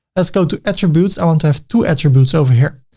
let's go to attributes, i want to have two attributes over here.